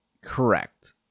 Correct